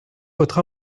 votre